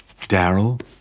Daryl